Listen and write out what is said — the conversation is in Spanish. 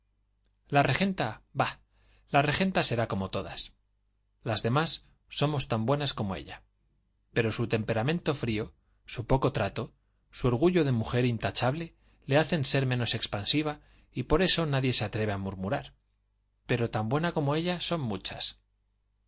la regenta bah la regenta será como todas las demás somos tan buenas como ella pero su temperamento frío su poco trato su orgullo de mujer intachable le hacen ser menos expansiva y por eso nadie se atreve a murmurar pero tan buena como ella son muchas